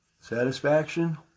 Satisfaction